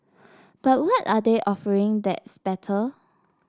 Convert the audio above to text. but what are they offering that's better